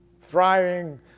thriving